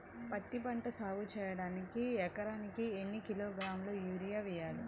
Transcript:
పత్తిపంట సాగు చేయడానికి ఎకరాలకు ఎన్ని కిలోగ్రాముల యూరియా వేయాలి?